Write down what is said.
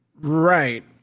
Right